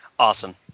Awesome